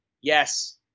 yes